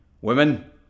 Women